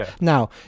Now